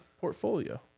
portfolio